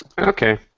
Okay